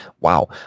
Wow